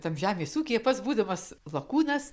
tam žemės ūkyje pats būdamas lakūnas